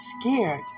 scared